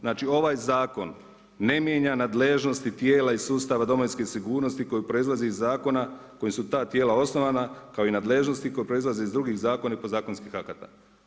Znači ovaj zakon ne mijenja nadležnosti tijela i sustava domovinske sigurnosti koji proizlazi iz zakona kojem su ta tijela osnovana kao i nadležnosti koji proizlaze iz drugih zakona i podzakonskih akata.